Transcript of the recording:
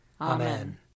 Amen